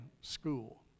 school